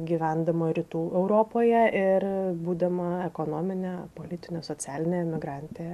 gyvendama rytų europoje ir būdama ekonomine politine socialine emigrante